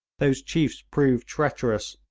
those chiefs proved treacherous,